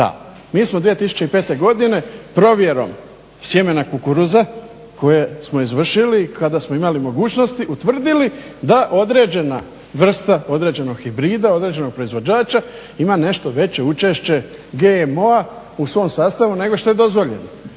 mi smo 2005. godine provjerom sjemena kukuruza koje smo izvršili kad smo imali mogućnosti utvrdili da određena vrsta odrđenog hibrida, određenog proizvođača ima nešto veće učešće GMO-a u svom sastavu nego što je dozvoljeno.